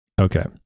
Okay